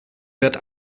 wird